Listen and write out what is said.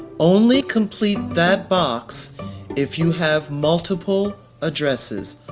only complete that box if you have multiple addresses.